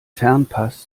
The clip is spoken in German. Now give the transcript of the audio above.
fernpass